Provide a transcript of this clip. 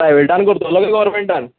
प्रायवेटान करतलो की गोवरमेंटान